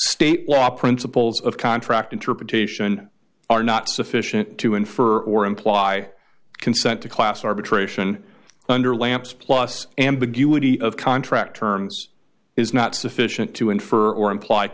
state law principles of contract interpretation are not sufficient to infer or imply consent to class arbitration under lamps plus ambiguity of contract terms is not sufficient to infer or implied